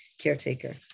caretaker